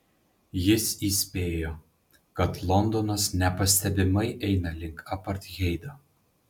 jis įspėjo kad londonas nepastebimai eina link apartheido